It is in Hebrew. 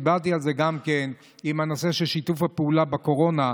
דיברתי על זה גם כן בנושא שיתוף הפעולה בקורונה,